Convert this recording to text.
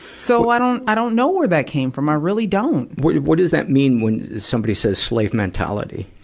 so, i don't, i don't know where that came from. i really don't. what do, what does that mean, when somebody says slave mentality?